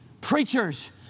preachers